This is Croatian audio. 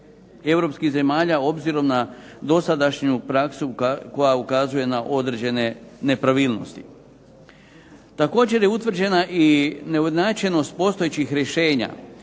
europskih zemalja obzirom na dosadašnju praksu koja ukazuje na određene nepravilnosti. Također je utvrđena i neujednačenost postojećih rješenja